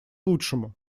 лучшему